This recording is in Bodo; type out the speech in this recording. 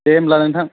दे होमब्ला नोंथां